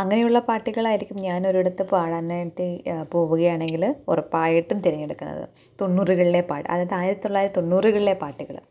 അങ്ങനെയുള്ള പാട്ടുകളായിരിക്കും ഞാനൊരിടത്ത് പാടാനായിട്ട് പോവുകയാണെങ്കിൽ ഉറപ്പായിട്ടും തിരഞ്ഞെടുക്കുന്നത് തൊണ്ണൂറുകളിലെ പാട്ട് അതായത് ആയിരത്തിത്തൊള്ളായിരത്തി ത്തൊണ്ണൂറുകളിലെ പാട്ടുകൾ